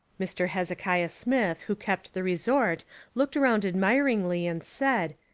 mr. hezekiah smith who kept the re sort looked round admiringly and said,